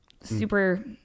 Super